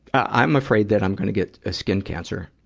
i'm afraid that i'm gonna get a skin cancer.